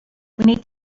need